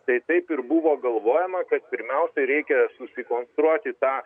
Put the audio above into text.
tai taip ir buvo galvojama kad pirmiausiai reikia susikonstruoti tą